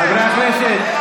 חברי הכנסת,